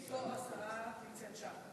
השרה נמצאת שם.